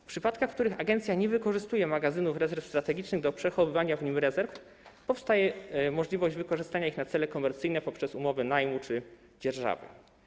W przypadkach, w których agencja nie wykorzystuje magazynów rezerw strategicznych do przechowywania w nich rezerw, powstaje możliwość wykorzystania ich na cele komercyjne poprzez umowy najmu czy dzierżawy.